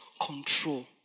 control